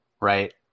right